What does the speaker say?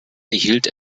erhielt